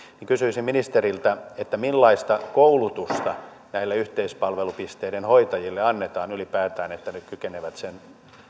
kysyisin ministeriltä millaista koulutusta näille yhteispalvelupisteiden hoitajille annetaan ylipäätään että he kykenevät sen